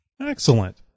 Excellent